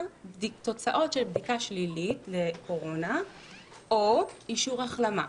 תוצאות של בדיקה שלילית לקורונה או אישור החלמה.